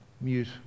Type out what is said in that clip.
mute